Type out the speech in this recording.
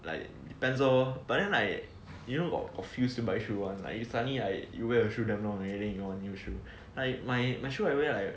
like depends lor but then like you know got feels to buy shoe [one] like you suddenly like you wear shoes damn long already then you know you want new shoe my shoe I wear like